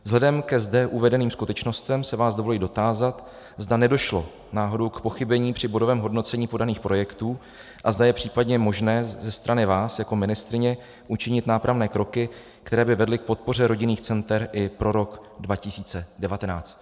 Vzhledem ke zde uvedeným skutečnostem se vás dovoluji dotázat, zda nedošlo náhodou k pochybení při bodovém hodnocení podaných projektů a zda je případně možné ze strany vás jako ministryně učinit nápravné kroky, které by vedly k podpoře rodinných center i pro rok 2019.